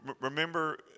Remember